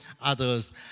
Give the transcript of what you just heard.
others